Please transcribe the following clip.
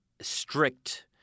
strict